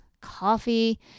coffee